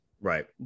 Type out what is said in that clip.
Right